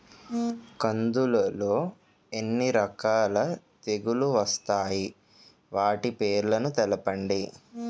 కందులు లో ఎన్ని రకాల తెగులు వస్తాయి? వాటి పేర్లను తెలపండి?